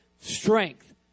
strength